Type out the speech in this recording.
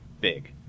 big